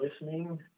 listening